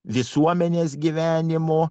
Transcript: visuomenės gyvenimo